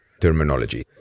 terminology